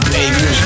Baby